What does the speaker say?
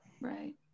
Right